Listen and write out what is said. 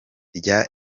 rya